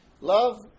Love